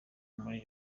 muri